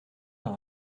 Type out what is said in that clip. d’un